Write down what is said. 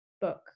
book